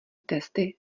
testy